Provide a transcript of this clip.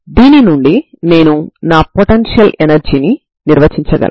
దీన్ని మనం Sturm Liouville సిద్ధాంతంలో చూసాము